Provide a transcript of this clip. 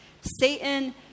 Satan